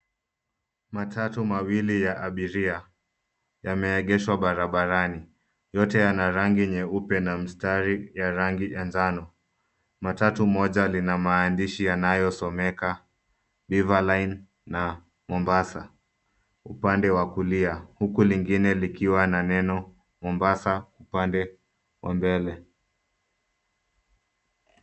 Matatu mawili ya abiria yameegeshwa barabarani yote yana rangi nyeupe na mstari ya rangi ya njano, matatu moja lina maandishi yanayosomeka river line na Mombasa upande wa kulia huku lingine likiwa na neno Mombasa pande mbele.